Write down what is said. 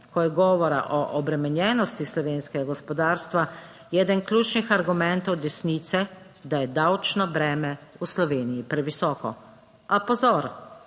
Ko je govora o obremenjenosti slovenskega gospodarstva, je eden ključnih argumentov desnice, da je davčno breme v Sloveniji previsoko. A pozor!